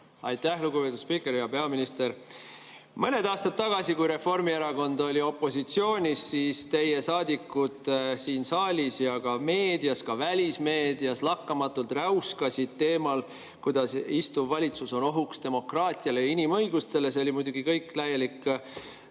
Aitäh, lugupeetud spiiker! Hea peaminister! Mõned aastad tagasi, kui Reformierakond oli opositsioonis, siis teie saadikud siin saalis ja meedias, ka välismeedias lakkamatult räuskasid teemal, kuidas istuv valitsus on ohuks demokraatiale ja inimõigustele. See oli muidugi kõik täielik